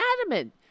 adamant